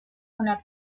una